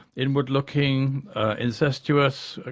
inward looking, incestuous, ah